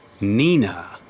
Nina